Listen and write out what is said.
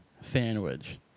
sandwich